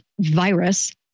virus